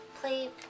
play